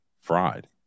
fried